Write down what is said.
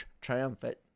triumphant